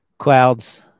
clouds